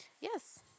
Yes